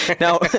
Now